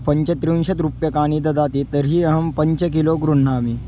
पञ्चत्रिंशत् रूप्यकाणि ददाति तर्हि अहं पञ्चकिलो गृह्णामि